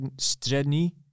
střední